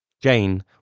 Jane